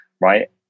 right